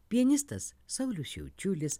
pianistas saulius šiaučiulis